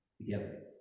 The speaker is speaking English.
together